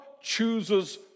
chooses